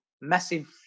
massive